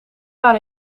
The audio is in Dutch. waren